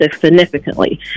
significantly